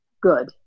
good